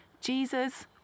Jesus